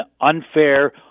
unfair